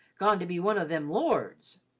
gone to be one o' them lords.